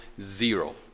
zero